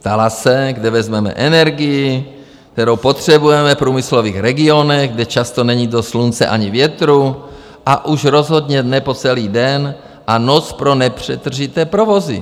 Ptala se, kde vezmeme energii, kterou potřebujeme v průmyslových regionech, kde často není dost slunce ani větru, a už rozhodně ne po celý den a noc pro nepřetržité provozy.